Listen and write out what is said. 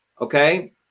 okay